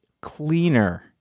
cleaner